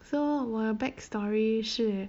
so 我的 back story 是